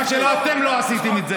מה שאתם לא עשיתם.